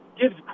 gives